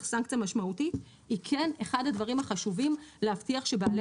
סנקציה משמעותית היא כן אחד הדברים החשובים להבטיח שבעלי